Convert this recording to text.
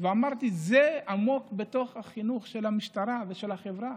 אמרתי שזה עמוק בתוך החינוך של המשטרה ושל החברה.